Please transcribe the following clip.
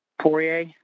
Poirier